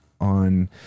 on